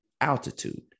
altitude